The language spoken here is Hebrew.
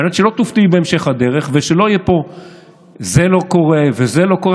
כדי שלא תופתעו בהמשך הדרך ושלא יהיה פה "זה לא קורה וזה לא קורה",